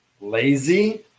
lazy